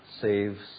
saves